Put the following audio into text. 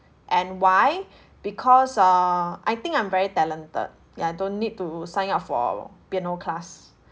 and why because err I think I'm very talented ya don't need to sign up for piano class